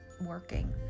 working